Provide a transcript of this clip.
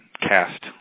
cast